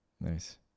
Nice